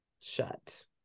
shut